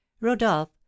rodolph